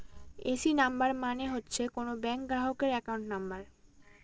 AC number মানে হচ্ছে কোনো ব্যাঙ্ক গ্রাহকের একাউন্ট নাম্বার